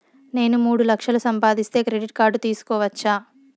నేను మూడు లక్షలు సంపాదిస్తే క్రెడిట్ కార్డు తీసుకోవచ్చా?